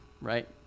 right